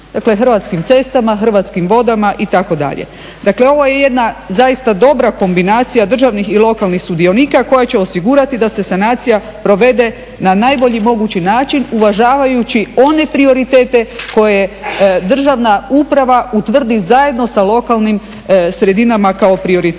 dakle Hrvatskim cestama, Hrvatskim vodama itd. Dakle, ovo je jedna zaista dobra kombinacija državnih i lokalnih sudionika koja će osigurati da se sanacija provede na najbolji mogući način uvažavajući one prioritete koje državna uprava utvrdi zajedno sa lokalnim sredinama kao prioritetne.